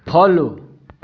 follow